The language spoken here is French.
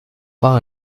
pas